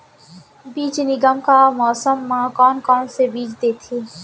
बीज निगम का का मौसम मा, कौन कौन से बीज देथे?